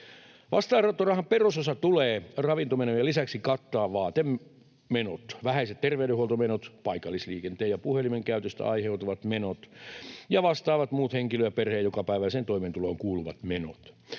Vastaanottorahan perusosan tulee ravintomenojen lisäksi kattaa vaatemenot, vähäiset terveydenhuoltomenot, paikallisliikenteen ja puhelimen käytöstä aiheutuvat menot ja vastaavat muut henkilön ja perheen jokapäiväiseen toimeentuloon kuuluvat menot.